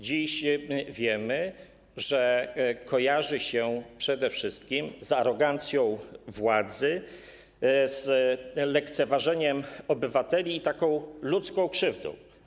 Dziś wiemy, że kojarzy się przede wszystkim z arogancją władzy, z lekceważeniem obywateli i ludzką krzywdą.